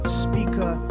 speaker